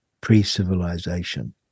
pre-civilization